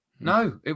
No